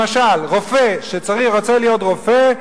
למשל רופא שרוצה להיות רופא,